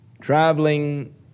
traveling